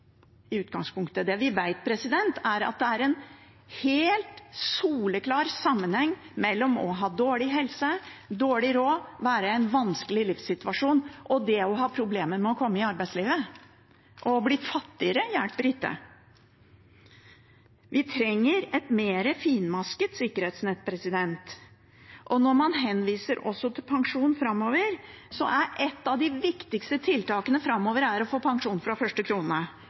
i utgangspunktet. Det vi vet, er at det er en helt soleklar sammenheng mellom å ha dårlig helse, dårlig råd og å være i en vanskelig livssituasjon og det å ha problemer med å komme seg inn i arbeidslivet. Å bli fattigere hjelper ikke. Vi trenger et mer finmasket sikkerhetsnett, og når man henviser til pensjon framover, er et av de viktigste tiltakene framover å få pensjon fra første krone.